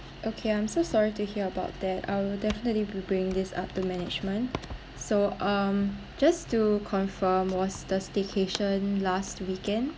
okay I'm so sorry to hear about that I will definitely b~ bring this up to management so um just to confirm was the staycation last weekend